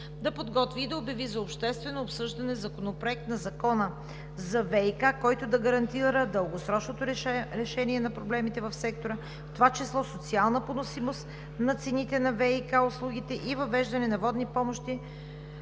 да подготви и да обяви за обществено обсъждане Проект на закон за ВиК, който да гарантира дългосрочното решение на проблемите в сектора, в това число социална поносимост на цените на ВиК услугите и въвеждане на водни помощи,